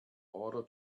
order